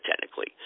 technically